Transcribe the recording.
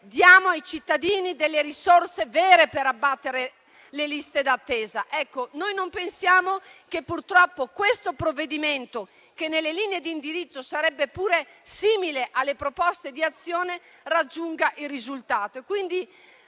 diamo ai cittadini risorse vere per abbattere le liste d'attesa. Noi purtroppo pensiamo che questo provvedimento, che nelle linee di indirizzo sarebbe pure simile alle proposte di Azione, non raggiunga il risultato,